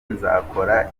nzakora